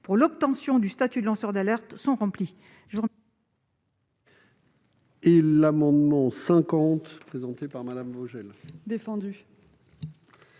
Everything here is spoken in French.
pour l'obtention du statut de lanceur d'alerte sont remplies.